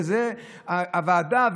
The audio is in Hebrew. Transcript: וזו הוועדה,